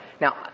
now